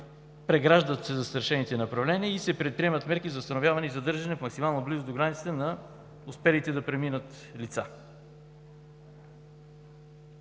преграждат се застрашените направления или се предприемат мерки за установяване и задържане в максимална близост до границата на успелите да преминат лица.